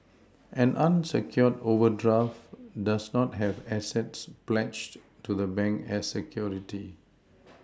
an unsecured overdraft does not have assets pledged to the bank as security